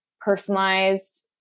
personalized